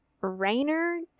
Rainer